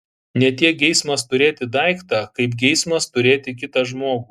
ne tiek geismas turėti daiktą kaip geismas turėti kitą žmogų